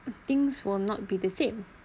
things will not be the same